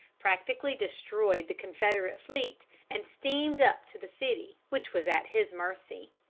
practically destroyed the confederate fleet, and steamed up to the city, which was at his mercy.